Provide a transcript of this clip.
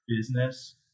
business